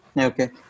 Okay